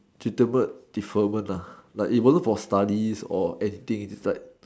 tutor bird deferment lah but it will look for studies or anything it's like